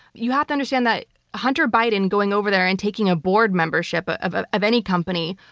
you have to understand that hunter biden going over there and taking a board membership of ah of any company,